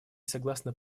согласно